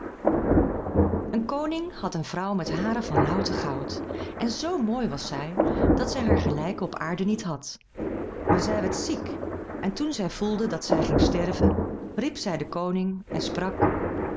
een koning had een vrouw met haren van louter goud en zoo mooi was zij dat zij haar gelijke op aarde niet had maar zij werd ziek en toen zij voelde dat zij ging sterven riep zij den koning en sprak